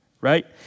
right